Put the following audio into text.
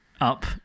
up